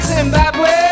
Zimbabwe